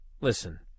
Listen